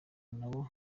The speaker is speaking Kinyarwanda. nabo